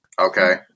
Okay